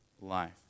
life